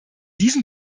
diesem